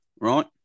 right